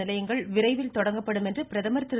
நிலையங்கள் விரைவில் தொடங்கப்படும் என்று பிரதமா் திரு